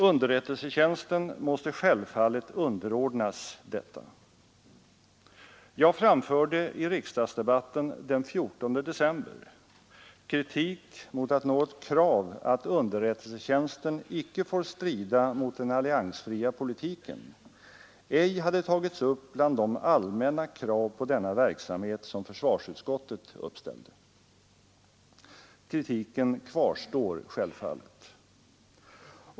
Underrättelsetjänsten måste självfallet underordnas detta. Jag framförde i riksdagsdebatten den 14 december kritik mot att något krav att underrättelsetjänsten icke får strida mot den alliansfria politiken ej hade tagits upp bland de allmänna krav på denna verksamhet som försvarsutskottet uppställde. Kritiken kvarstår självfallet.